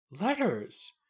Letters